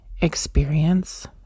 experience